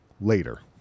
later